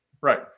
Right